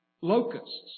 locusts